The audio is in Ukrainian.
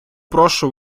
прошу